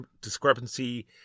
discrepancy